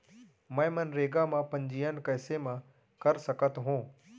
मैं मनरेगा म पंजीयन कैसे म कर सकत हो?